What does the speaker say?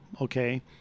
okay